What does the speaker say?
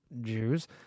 Jews